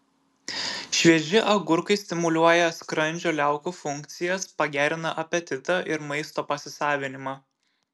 švieži agurkai stimuliuoja skrandžio liaukų funkcijas pagerina apetitą ir maisto pasisavinimą